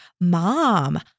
mom